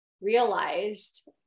realized